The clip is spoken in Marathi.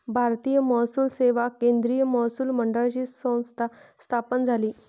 भारतीय महसूल सेवा केंद्रीय महसूल मंडळाची संस्था स्थापन झाली